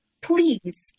please